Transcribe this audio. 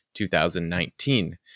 2019